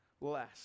less